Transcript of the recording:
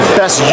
best